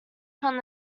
from